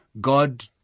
God